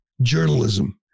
journalism